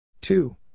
two